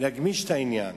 להגמיש את העניין.